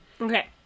Okay